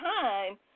time